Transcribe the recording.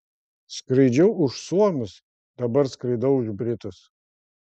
skraidžiau už suomius dabar skraidau už britus